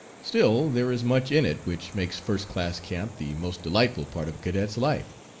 still there is much in it which makes first-class camp the most delightful part of a cadet's life.